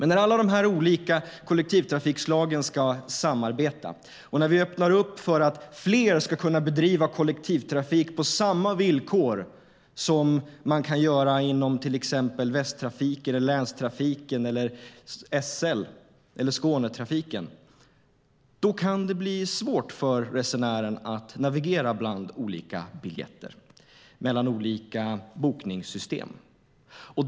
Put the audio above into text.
När alla de olika kollektivtrafikslagen ska samarbeta, och när vi öppnar upp för att fler ska kunna bedriva kollektivtrafik på samma villkor som man gör inom till exempel Västtrafik, länstrafiken, Skånetrafiken och SL, kan det bli svårt för resenären att navigera bland olika biljetter och mellan olika bokningssystem.